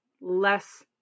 less